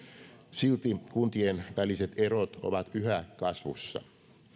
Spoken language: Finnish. silti kuntien väliset erot ovat yhä kasvussa